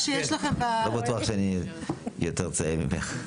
לא בטוח שאני יותר צעיר ממך.